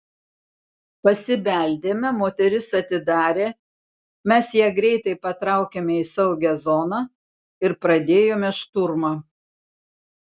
pasibeldėme moteris atidarė mes ją greitai patraukėme į saugią zoną ir pradėjome šturmą